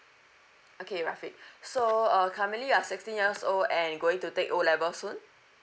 okay rafiq so uh currently you are sixteen years old and going to take O level soon